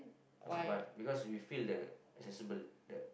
but because we feel the accessible the